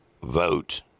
Vote